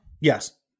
Yes